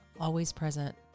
always-present